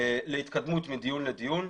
להתקדמות מדיון לדיון.